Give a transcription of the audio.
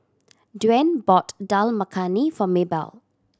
Dwaine bought Dal Makhani for Maybelle